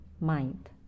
mind